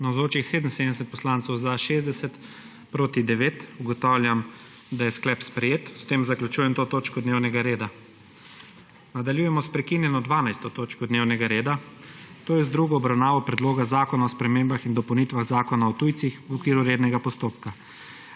9. (Za je glasovalo 60.) (Proti 9.) Ugotavljam, da je sklep sprejet. S tem zaključujem to točko dnevnega reda. Nadaljujemo s prekinjeno 12. točko dnevnega reda, to je z drugo obravnavo Predloga zakona o spremembah in dopolnitvah Zakona o tujcih, v okviru rednega postopka.